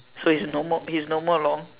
so is no more he is no more long